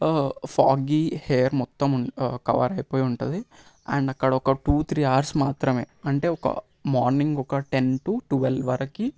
foggy air మొత్తం cover అయిపోయి ఉంటుంది అండ్ అక్కడ ఒక టూ త్రీ అవర్స్ మాత్రమే అంటే ఒక మార్నింగ్ ఒక టెన్ టూ ట్వల్వ్ వరకు